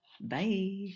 Bye